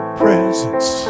presence